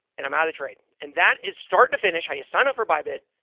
and i'm out of the trade. and that is start to finish how you sign up for bybit,